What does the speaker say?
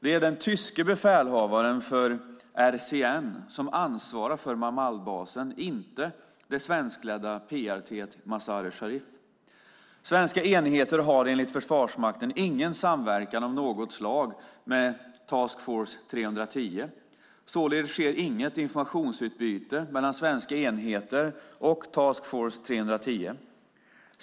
Det är den tyske befälhavaren för RCN som ansvarar för Marmalbasen, inte det svenskledda PRT Mazar-e Sharif. Svenska enheter har enligt Försvarsmakten ingen samverkan av något slag med Task Force 3-10. Således sker inget informationsutbyte mellan svenska enheter och Task Force 3-10.